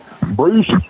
Bruce